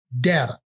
data